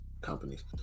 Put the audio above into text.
companies